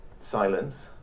Silence